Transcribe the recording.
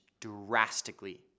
drastically